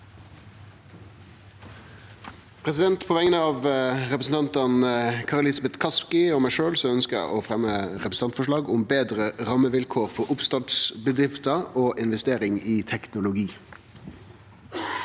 På vegner av representanten Kari Elisabeth Kaski og meg sjølv ønskjer eg å fremje eit representantforslag om betre rammevilkår for oppstartsbedrifter og investering i teknologi.